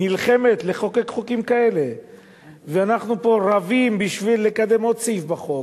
נלחמת לחוקק חוקים כאלה ואנחנו פה רבים בשביל לקדם עוד סעיף בחוק,